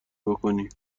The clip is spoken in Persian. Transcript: بکنی